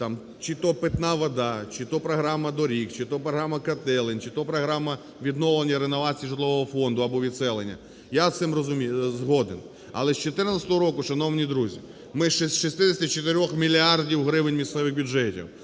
чи то "Питна вода", чи то програма доріг, чи то програма котелень, чи то програма відновлення, реновацій житлового фонду або відселення, я з цим розумію... згоден, але з 14-го року, шановні друзі, ми з 64 мільярдів гривень місцевих бюджетів